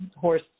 horse